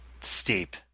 steep